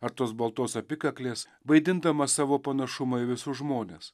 ar tos baltos apykaklės vaidindamas savo panašumą į visus žmones